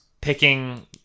picking